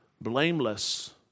blameless